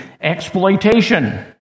exploitation